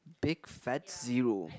big fat zero